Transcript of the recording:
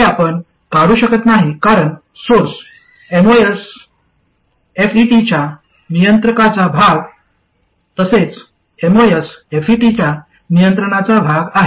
हे आपण काढू शकत नाही कारण सोर्स एमओएसएफईटीच्या नियंत्रकाचा भाग तसेच एमओएसएफईटीच्या नियंत्रणाचा भाग आहे